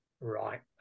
right